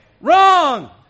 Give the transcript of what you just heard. wrong